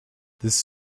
this